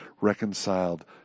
reconciled